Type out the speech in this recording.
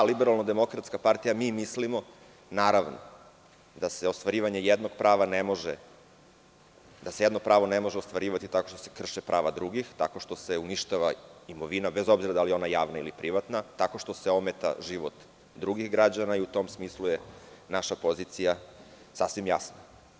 Lično i LDP, mi mislimo, naravno, da se ostvarivanje jednog prava ne može ostvarivati tako što se krše prava drugih tako što se uništava imovina bez obzira da li je ona javna ili privatna tako što se ometa život drugih građana i u tom smislu je naša pozicija sasvim jasna.